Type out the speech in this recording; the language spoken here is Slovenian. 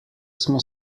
smo